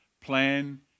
plan